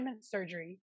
surgery